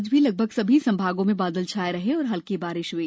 आज भी लगभग सभी संभागों में बादल छाए रहे और हल्की बारिश हई